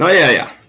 yeah, yeah.